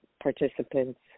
participants